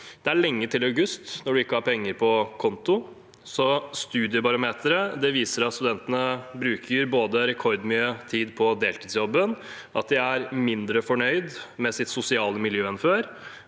Det er lenge til august når man ikke har penger på konto. Studiebarometeret viser både at studentene bruker rekordmye tid på deltidsjobben, at de er mindre fornøyde med sitt sosiale miljø enn før,